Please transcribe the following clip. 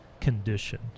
condition